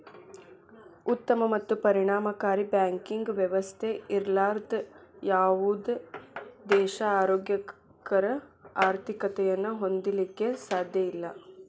ಉತ್ತಮ ಮತ್ತು ಪರಿಣಾಮಕಾರಿ ಬ್ಯಾಂಕಿಂಗ್ ವ್ಯವಸ್ಥೆ ಇರ್ಲಾರ್ದ ಯಾವುದ ದೇಶಾ ಆರೋಗ್ಯಕರ ಆರ್ಥಿಕತೆಯನ್ನ ಹೊಂದಲಿಕ್ಕೆ ಸಾಧ್ಯಇಲ್ಲಾ